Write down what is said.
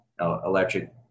electric